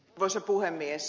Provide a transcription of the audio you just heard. arvoisa puhemies